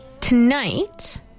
Tonight